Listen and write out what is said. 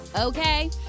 Okay